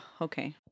Okay